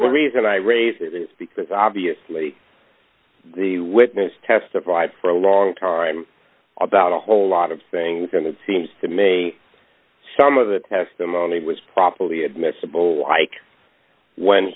reason i raise it is because obviously the witness testified for a long time about a whole lot of things and it seems to me some of the testimony was probably admissible like when